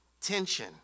tension